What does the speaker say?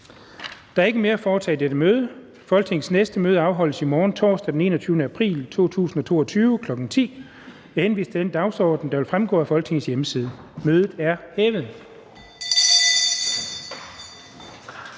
Der er ikke mere at foretage i dette møde. Folketingets næste møde afholdes i morgen, torsdag den 21. april 2022, kl. 10.00. Jeg henviser til den dagsorden, der vil fremgå af Folketingets hjemmeside. Mødet er hævet.